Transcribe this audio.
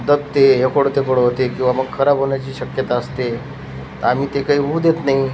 दबते एकोडं तेकोडं होते किंवा मग खराब होण्याची शक्यता असते आम्ही ते काही होऊ देत नाही